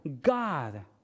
God